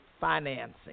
financing